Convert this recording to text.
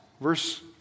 verse